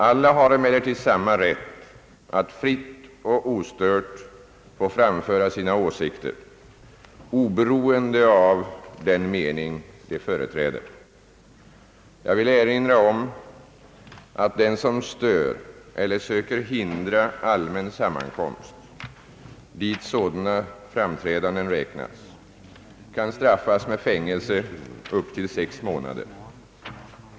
Alla har emellertid samma rätt att fritt och ostört få framföra sina åsikter oberoende av den me ning de företräder. Jag vill erinra om att den som stör eller söker hindra allmän sammankomst — dit sådana framträdanden räknas — kan straffas med fängelse upp till sex månader.